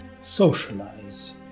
Socialize